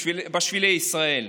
בשבילי ישראל.